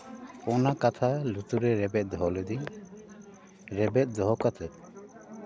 ᱟᱱᱟ ᱠᱟᱛᱷᱟ ᱞᱩᱛᱩᱨ ᱨᱮ ᱨᱮᱵᱮᱫ ᱫᱚᱦᱚ ᱞᱤᱫᱟᱹᱧ ᱨᱮᱵᱮᱫ ᱫᱚᱦᱚ ᱠᱟᱛᱮᱫ